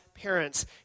parents